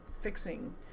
fixing